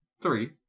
Three